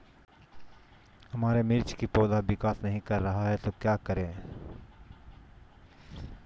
हमारे मिर्च कि पौधा विकास ही कर रहा है तो क्या करे?